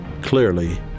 clearly